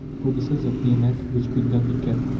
promises of payment, which could not be kept.